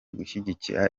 gushyigikira